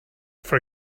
for